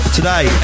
today